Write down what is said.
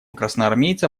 красноармейца